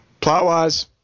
Plot-wise